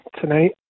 Tonight